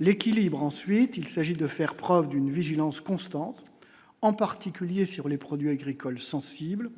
l'équilibre, ensuite il s'agit de faire preuve d'une vigilance constante, en particulier sur les produits agricoles sensibles